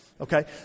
Okay